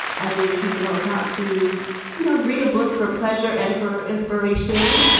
i think he knows how to you know read a book for pleasure and for inspiration